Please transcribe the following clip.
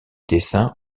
dessins